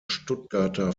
stuttgarter